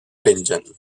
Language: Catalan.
pengen